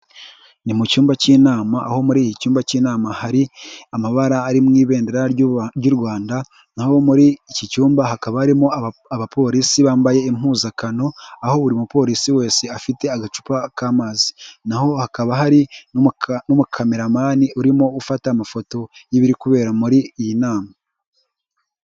Ni mu cyumba cy'inama aho muri iki cyumba cy'inama hari amabara ari mu ibendera ry'u Rwanda, naho muri iki cyumba hakaba harimo abapolisi bambaye impuzakano, aho buri mupolisi wese afite agacupa k'amazi. Naho hakaba hari n'umukameramani urimo ufata amafoto y'ibiri kubera muri iyi nama.